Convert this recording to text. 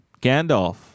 Gandalf